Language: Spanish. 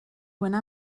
buena